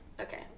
Okay